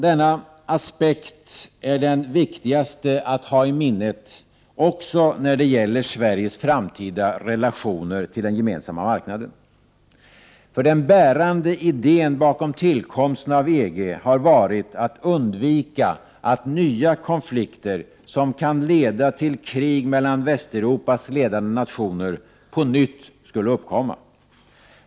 Denna aspekt är den viktigaste att ha i minnet också när det gäller Sveriges framtida relationer till den gemensamma marknaden. Den bärande idén bakom tillkomsten av EG har varit att undvika att nya konflikter, som kan leda till krig mellan Västeuropas ledande nationer, på nytt skulle uppkomma.